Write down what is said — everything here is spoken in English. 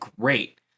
great